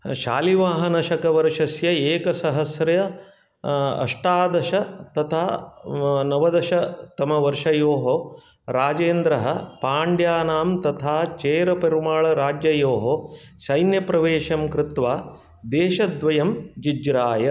शालिवाहनशकवर्षस्य एकसहस्र अष्टादश तथा नवदश तमवर्षयोः राजेन्द्रः पाण्ड्यानां तथा चेर पेरुमाल् राज्ययोः सैन्यप्रवेशं कृत्वा देशद्वयं जिज्राय